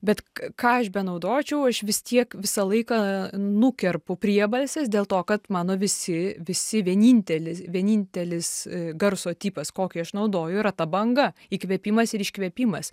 bet ką aš benaudočiau aš vis tiek visą laiką nukerpu priebalses dėl to kad mano visi visi vieninteli vienintelis garso tipas kokį aš naudoju yra ta banga įkvėpimas ir iškvėpimas